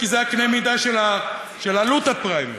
כי זה הקנה מידה של עלות הפריימריז.